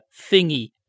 thingy